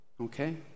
Okay